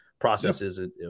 processes